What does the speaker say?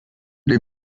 les